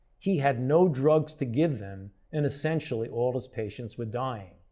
he had no drugs to give them and essentially all his patients were dying.